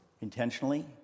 Intentionally